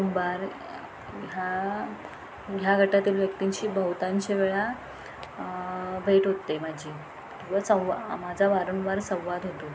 कुंभार ह्या ह्या गटातील व्यक्तींशी बहुतांशी वेळा भेट होत माझी किंवा संवा माझा वारंवार संवाद होतो